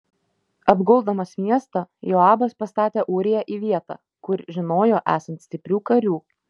apguldamas miestą joabas pastatė ūriją į vietą kur žinojo esant stiprių karių